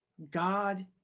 God